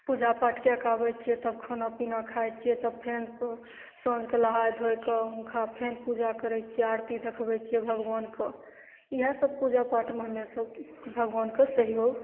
पूजा पाठ कएके आबय छियै तखन खाना पीना खाइ छियै तब फेन साँझके नहाय धोइके हुनका फेन पूजा करय छनि आरती देखबय छियै भगवानके इएह सब पूजा पाठमे हमे सब भगवानके सहयोग